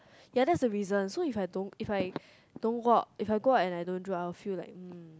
ya that's the reason so if I don't if I don't go out if I go out and I don't draw I will feel like mm